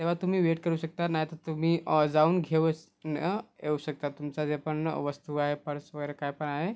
तेव्हा तुमी वेट करू शकता नाही तर तुम्ही जाऊन घेऊन येऊ शकता तुमचा जे पण वस्तू आहे पर्स वगैरे काय पण आहे